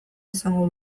izango